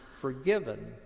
forgiven